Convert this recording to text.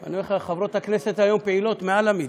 אני אומר לך, חברות הכנסת היום פעילות מעל למידה.